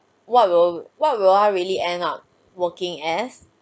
what will what will I really end up working as